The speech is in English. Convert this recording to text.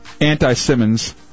Anti-Simmons